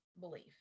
belief